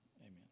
amen